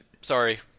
Sorry